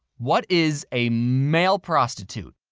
what is a male prostitute?